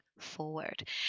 forward